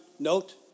Note